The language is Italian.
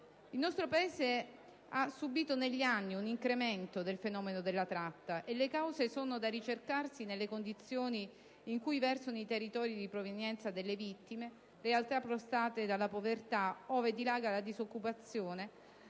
Il nostro Paese ha subito negli anni un incremento del fenomeno della tratta e le cause sono da ricercarsi nelle condizioni in cui versano i territori di provenienza delle vittime, realtà prostrate dalla povertà, ove dilaga la disoccupazione,